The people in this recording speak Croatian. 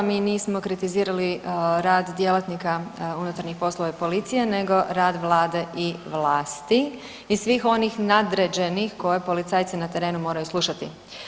Mi nismo kritizirali rad djelatnika unutarnjih poslova i policije, nego rad Vlade i vlasti i svih onih nadređenih koje policajci na terenu moraju slušati.